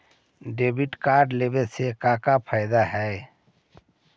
Debit card लेवे से का का फायदा है?